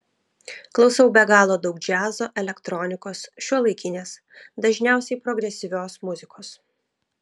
klausau be galo daug džiazo elektronikos šiuolaikinės dažniausiai progresyvios muzikos